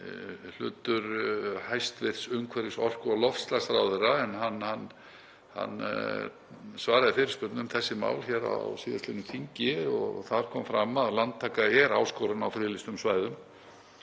hlutur hæstv. umhverfis-, orku- og loftslagsráðherra. Hann svaraði fyrirspurn um þessi mál á síðastliðnu þingi og þar kom fram að landtaka væri áskorun á friðlýstum svæðum